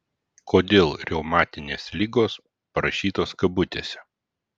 kodėl reumatinės ligos parašytos kabutėse